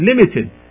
limited